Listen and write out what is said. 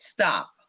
Stop